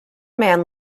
man